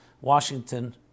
Washington